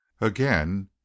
again